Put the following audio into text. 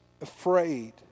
afraid